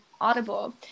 Audible